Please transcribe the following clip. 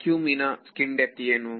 vacuum in skin depth ಏನು